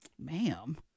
ma'am